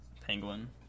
Penguin